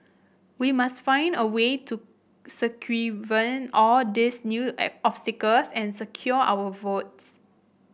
we must find a way to circumvent all these new obstacles and secure our votes